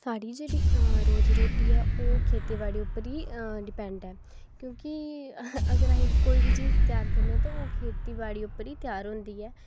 साढ़ी जेहड़ी रोजी रोटी ऐ ओह् खेती बाड़ी उप्पर ई डिपेंड ऐ क्योंकि अगर अस कोई बी चीज त्यार करने आं ते ओह् खेती बाड़ी उप्पर ई त्यार होंदी ऐ